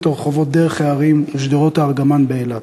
הרחובות דרך-ההרים ושדרות-הארגמן באילת,